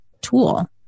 tool